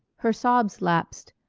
her sobs lapsed.